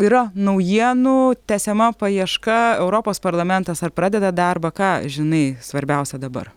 yra naujienų tęsiama paieška europos parlamentas ar pradeda darbą ką žinai svarbiausia dabar